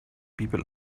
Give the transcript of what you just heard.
people